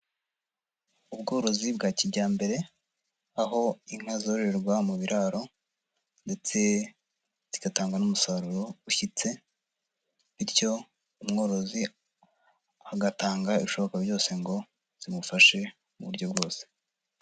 Ubworozi bwa kijyambere, aho inka zororerwa mu biraro ndetse zigatanga n'umusaruro ushyitse bityo umworozi agatanga ibishoboka byose ngo zimufashe mu buryo bwose.